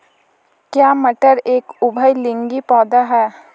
क्या मटर एक उभयलिंगी पौधा है?